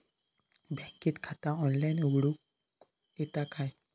बँकेत खाता ऑनलाइन उघडूक येता काय?